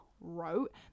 wrote